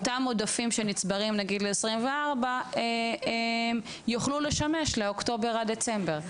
אותם עודפים שנצברים נגיד ל-2024 יוכלו לשמש לאוקטובר עד דצמבר.